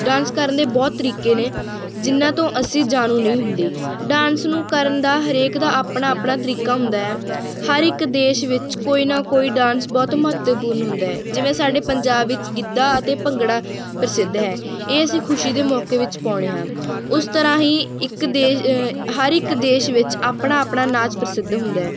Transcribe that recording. dance ਕਰਨ ਦੇ ਬਹੁਤ ਤਰੀਕੇ ਨੇ ਜਿਨ੍ਹਾਂ ਤੋਂ ਅਸੀਂ ਜਾਣੂ ਨਹੀਂ ਹੁੰਦੇ ਡਾਂਸ ਨੂੰ ਕਰਨ ਦਾ ਹਰੇਕ ਦਾ ਆਪਣਾ ਆਪਣਾ ਤਰੀਕਾ ਹੁੰਦਾ ਹੈ ਹਰ ਇੱਕ ਦੇਸ਼ ਵਿੱਚ ਕੋਈ ਨਾ ਕੋਈ ਡਾਂਸ ਬਹੁਤ ਮਹੱਤਵਪੂਰਨ ਹੁੰਦਾ ਹੈ ਜਿਵੇਂ ਸਾਡੇ ਪੰਜਾਬ ਵਿੱਚ ਗਿੱਧਾ ਅਤੇ ਭੰਗੜਾ ਪ੍ਰਸਿੱਧ ਹੈ ਇਹ ਅਸੀਂ ਖੁਸ਼ੀ ਦੇ ਮੌਕੇ ਵਿੱਚ ਪਾਉਂਦੇ ਹਾਂ ਉਸ ਤਰ੍ਹਾਂ ਹੀ ਇੱਕ ਦੇ ਅ ਹਰ ਇੱਕ ਦੇਸ਼ ਵਿੱਚ ਆਪਣਾ ਆਪਣਾ ਨਾਚ ਪ੍ਰਸਿੱਧ ਹੁੰਦਾ ਹੈ